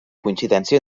coincidència